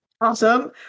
awesome